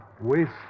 waste